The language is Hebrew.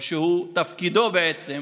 או שתפקידו בעצם